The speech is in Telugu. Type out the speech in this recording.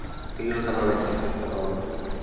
పిల్లలకు సంబంధించిన పుస్తకాలు